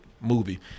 movie